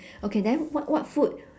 okay then what what food